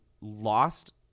lost